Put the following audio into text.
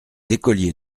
écoliers